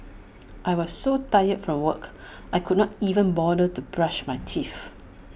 I was so tired from work I could not even bother to brush my teeth